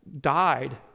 died